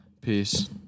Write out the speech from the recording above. Peace